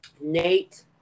Nate